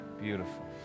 Beautiful